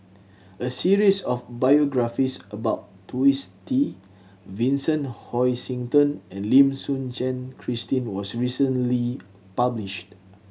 a series of biographies about Twisstii Vincent Hoisington and Lim Suchen Christine was recently published